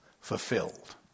fulfilled